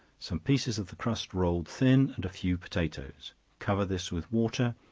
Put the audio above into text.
some, pieces of the crust rolled thin, and a few potatoes cover this with water,